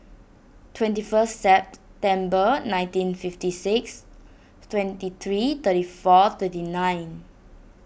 twenty first September nineteen fifty six twenty three thirty four thirty nine